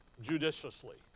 judiciously